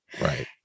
Right